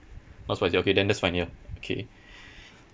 not spicy okay then that's fine ya okay